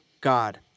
God